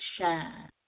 shine